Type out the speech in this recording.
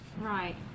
Right